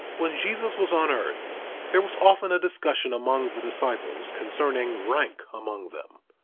when jesus was on earth there was often a discussion among the disciples concerning rank among them.